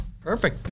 Perfect